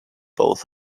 both